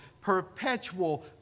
perpetual